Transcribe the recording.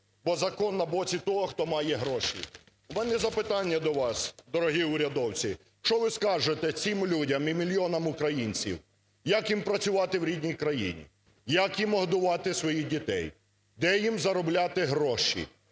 бо закон на боці того, хто має гроші". В мене запитання до вас, дорогі урядовці, що ви скажете цим людям і мільйонам українців, як їм працювати в рідній країні? Як їм годувати своїх дітей? Де їм заробляти гроші?